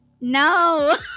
No